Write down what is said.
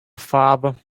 father